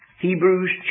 Hebrews